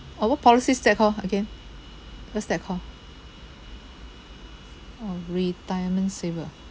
orh what policy is that called again what's that called orh retirement saver